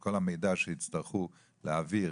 שכל המידע שיצטרכו להעביר